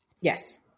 yes